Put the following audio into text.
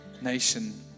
nation